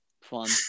fun